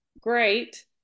great